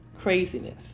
Craziness